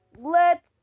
let